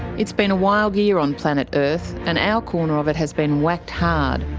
it's been a wild year on planet earth, and our corner of it has been whacked hard.